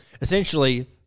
essentially